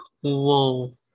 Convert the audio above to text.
Whoa